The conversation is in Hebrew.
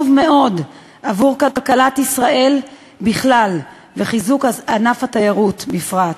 מאוד עבור כלכלת ישראל בכלל וחיזוק ענף התיירות בפרט.